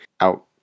out